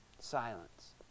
silence